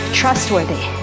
trustworthy